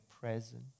present